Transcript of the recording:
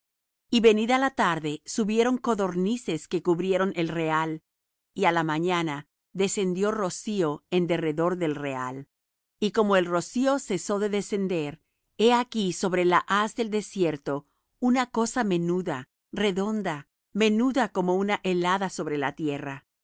y venida la tarde subieron codornices que cubrieron el real y á la mañana descendió rocío en derredor del real y como el rocío cesó de descender he aquí sobre la haz del desierto una cosa menuda redonda menuda como una helada sobre la tierra